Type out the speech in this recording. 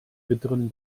bitteren